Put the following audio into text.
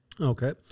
Okay